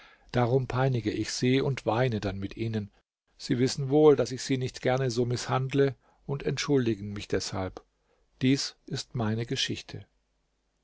darum peinige ich sie und weine dann mit ihnen sie wissen wohl daß ich sie nicht gerne so mißhandle und entschuldigen mich deshalb dies ist meine geschichte